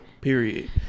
period